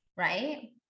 Right